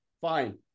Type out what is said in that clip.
Fine